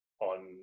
on